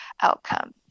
outcome